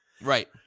Right